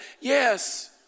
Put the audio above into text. Yes